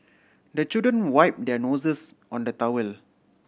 the children wipe their noses on the towel